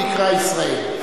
נקרא ישראל.